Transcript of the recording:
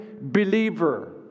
believer